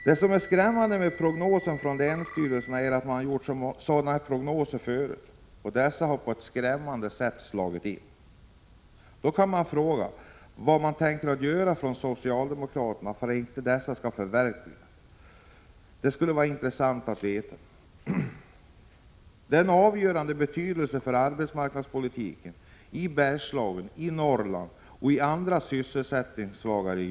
Det som är oroande med prognosen från länsstyrelserna är att man har gjort sådana prognoser förut och att dessa på ett skrämmande sätt har slagit in. Då kan man fråga vad socialdemokraterna tänker göra för att prognosen inte skall förverkligas. Det skulle vara intressant att veta. Det har en avgörande betydelse för arbetsmarknadspolitiken i Bergslagen, i Norrland och i andra sysselsättningssvaga regioner.